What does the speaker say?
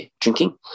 drinking